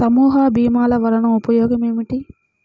సమూహ భీమాల వలన ఉపయోగం ఏమిటీ?